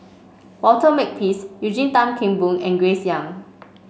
Walter Makepeace Eugene Tan Kheng Boon and Grace Young